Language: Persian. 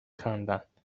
خندند